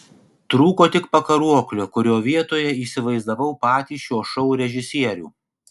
trūko tik pakaruoklio kurio vietoje įsivaizdavau patį šio šou režisierių